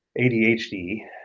ADHD